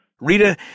Rita